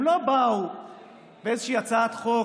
הם לא באו באיזושהי הצעת חוק,